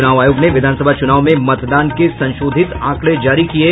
चुनाव आयोग ने विधानसभा चुनाव में मतदान के संशोधित आंकड़े जारी किये